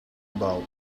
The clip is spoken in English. about